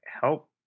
help